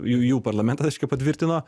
jų jų parlamentas reiškia patvirtino